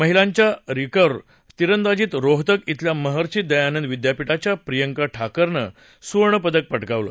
महिलांच्या रिकव्ह तिरंदाजीत रोहतक शिल्या महर्षी दयानंद विद्यापीठाच्या प्रियंका ठाकरननं सुवर्ण पदक पटकावलं